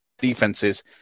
defenses